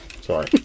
sorry